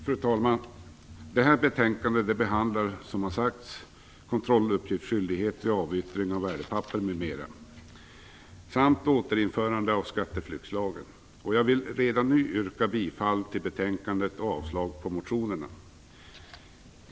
Fru talman! I detta betänkande behandlas kontrolluppgiftsskyldighet vid avyttring av värdepapper m.m. samt återinförande av skatteflyktslagen. Jag vill redan nu yrka bifall till utskottets hemställan och avslag på reservationerna.